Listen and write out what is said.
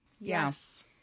Yes